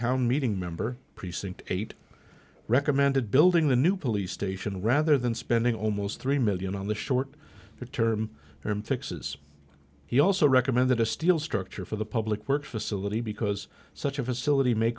town meeting member precinct eight recommended building the new police station rather than spending almost three million on the short term fixes he also recommended a steel structure for the public works facility because such a facility may